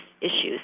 issues